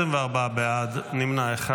24 בעד, נמנע אחד.